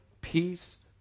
peace